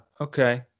Okay